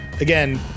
Again